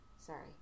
Sorry